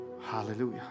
Hallelujah